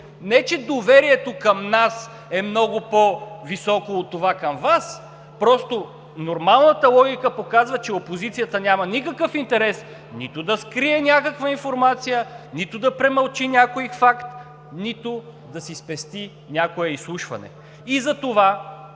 Не че доверието към нас е много по-високо от това към Вас, просто нормалната логика показва, че опозицията няма никакъв интерес нито да скрие някаква информация, нито да премълчи някой факт, нито да си спести някое изслушване. Затова